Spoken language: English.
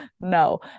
no